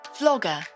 vlogger